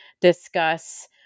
discuss